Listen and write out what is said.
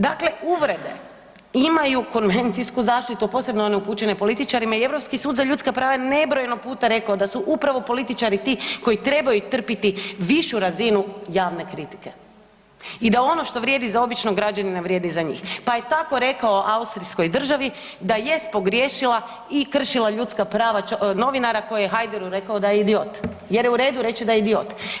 Dakle uvrede imaju konvencijsku zaštitu, posebno one upućene političarima i Europski sud za ljudska prava je nebrojeno puta rekao da su upravo političari ti koji trebaju trpiti višu razinu javne kritike i da ono što vrijedi za običnog građanina, vrijedi i za njih pa je tako rekao austrijskoj državi da jest pogriješila i kršila ljudska prava novinara koji je Haideru rekao da je idiot jer je u redu reći da je idiot.